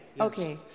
Okay